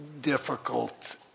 difficult